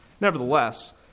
Nevertheless